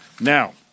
Now